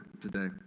today